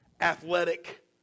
athletic